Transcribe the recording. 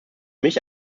mich